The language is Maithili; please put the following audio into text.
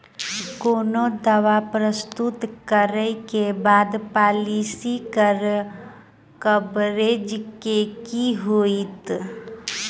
कोनो दावा प्रस्तुत करै केँ बाद पॉलिसी कवरेज केँ की होइत?